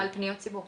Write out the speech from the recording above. על פניות ציבור.